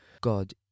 God